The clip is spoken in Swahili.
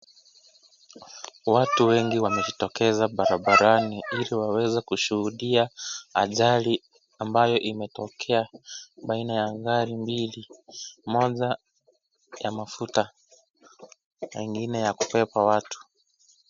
Watu wengi wamejitokeza barabara, ili waweze kushuhudia ajali ambayo imetokea baina ya gari mbili. Moja ya mafuta na ingine ya kubeba watu.